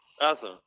Awesome